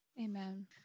Amen